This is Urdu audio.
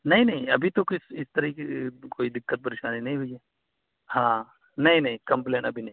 نہیں نہیں ابھی تو کچھ اس طرح کی کوئی دقت پریشانی نہیں ہوئی ہے ہاں نہیں نہیں کمپلین ابھی نہیں